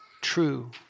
true